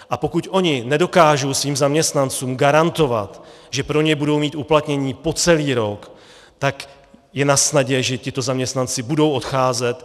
A pokud oni nedokážou svým zaměstnancům garantovat, že pro ně budou mít uplatnění po celý rok, tak je nasnadě, že tito zaměstnanci budou odcházet.